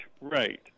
right